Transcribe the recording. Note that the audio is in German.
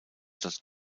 dort